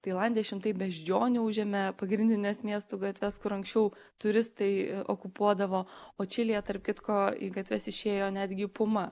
tailande šimtai beždžionių užėmė pagrindines miestų gatves kur anksčiau turistai okupuodavo o čilėje tarp kitko į gatves išėjo netgi puma